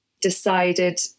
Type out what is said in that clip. decided